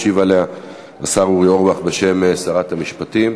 ישיב עליה השר אורי אורבך בשם שרת המשפטים.